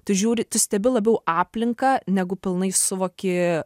tu žiūri tu stebi labiau aplinką negu pilnai suvoki